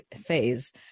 phase